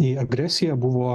į agresiją buvo